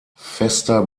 fester